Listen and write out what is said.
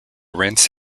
rinse